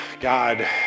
God